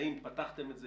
האם פתחתם את זה,